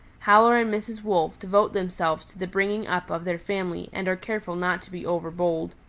howler and mrs. wolf devote themselves to the bringing up of their family and are careful not to be overbold.